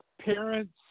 parents